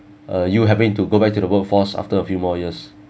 uh you having to go back to the workforce after a few more years